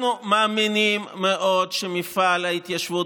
אנחנו מאמינים מאוד שמפעל ההתיישבות